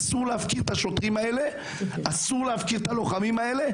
אסור להפקיר את השוטרים והלוחמים האלה,